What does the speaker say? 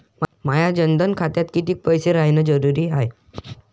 माया जनधन खात्यात कितीक पैसे रायन जरुरी हाय?